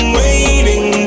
waiting